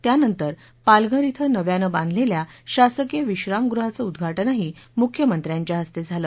त्यानंतर पालघर श्री नव्यानं बांधलेल्या शासकीय विश्रामगृहाचं उदघाटन ही मुख्यमंत्र्यांच्या हस्ते झालं